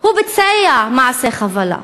הוא ביצע מעשי חבלה,